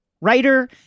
writer